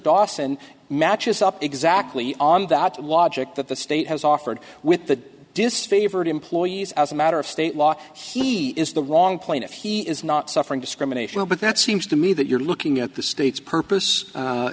dawson matches up exactly on that logic that the state has offered with the disfavored employees as a matter of state law he is the wrong plaintiff he is not suffering discrimination but that seems to me that you're looking at the state's purpose